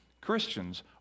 Christians